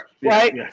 Right